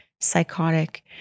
psychotic